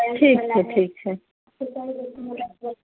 ठीक छै ठीक छै